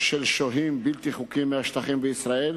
של שוהים בלתי חוקיים מהשטחים בישראל,